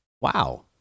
wow